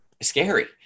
scary